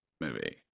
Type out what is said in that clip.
movie